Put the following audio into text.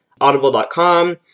Audible.com